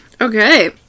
Okay